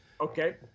Okay